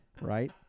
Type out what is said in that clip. right